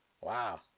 Wow